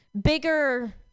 bigger